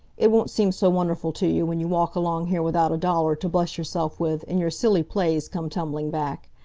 it won't seem so wonderful to you when you walk along here without a dollar to bless yourself with, and your silly plays come tumbling back.